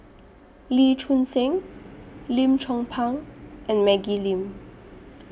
Lee Choon Seng Lim Chong Pang and Maggie Lim